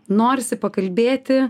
norisi pakalbėti